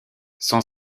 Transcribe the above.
son